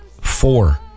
four